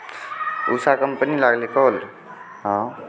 Usha company लागलै call हँ